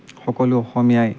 সকলো অসমীয়াই